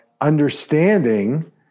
understanding